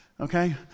okay